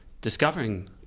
discovering